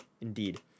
indeed